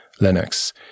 Linux